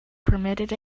permitted